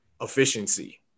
efficiency